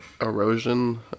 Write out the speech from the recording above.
erosion